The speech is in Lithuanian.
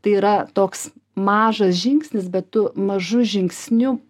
tai yra toks mažas žingsnis bet tu mažu žingsniu